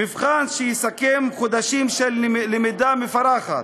מבחן שיסכם חודשים של למידה מפרכת,